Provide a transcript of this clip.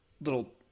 little